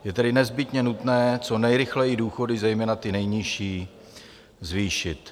Je tedy nezbytně nutné co nejrychleji důchody, zejména ty nejnižší, zvýšit.